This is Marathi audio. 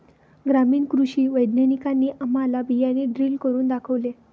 ग्रामीण कृषी वैज्ञानिकांनी आम्हाला बियाणे ड्रिल करून दाखवले